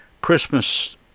Christmas